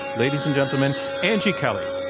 ladies and gentlemen, angie kelley.